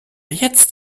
jetzt